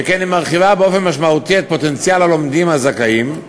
שכן היא מרחיבה באופן משמעותי את פוטנציאל הלומדים הזכאים,